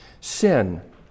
sin